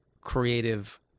creative